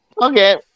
Okay